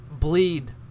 Bleed